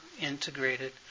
integrated